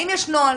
האם יש נוהל,